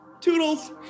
Toodles